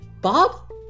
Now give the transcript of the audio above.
Bob